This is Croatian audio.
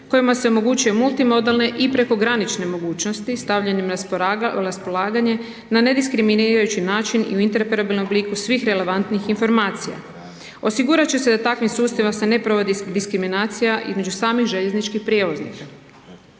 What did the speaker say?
kojima se omogućuje multimodelne i prekogranične mogućnosti stavljanjem na raspolaganje, na ne diskriminirajući način i u interoperabilnom obliku svih relevantnih informacija. Osigurat će se da takvim sustavom se ne provodi diskriminacija između samih željezničkih prijevoznika.